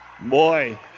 Boy